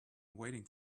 waiting